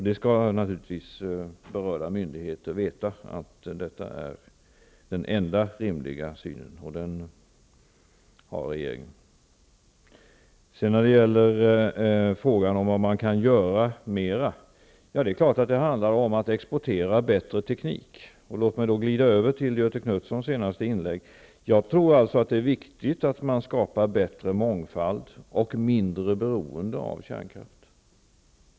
Berörda myndigheter skall naturligtvis veta att detta är den enda rimliga uppfattningen, och den omfattas av regeringen. När det sedan gäller vad man ytterligare kan göra handlar det självfallet om att exportera bättre teknik. Låt mig därmed glida över till Göthe Knutsons senaste inlägg. Jag tror att det är viktigt att man skapar bättre mångfald och mindre beroende av kärnkraft.